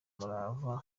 umurava